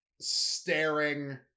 staring